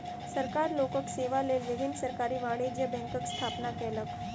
सरकार लोकक सेवा लेल विभिन्न सरकारी वाणिज्य बैंकक स्थापना केलक